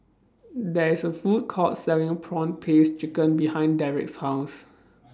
There IS A Food Court Selling Prawn Paste Chicken behind Derrick's House